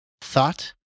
Thought